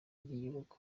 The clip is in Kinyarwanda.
ry’igihugu